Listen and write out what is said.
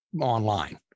online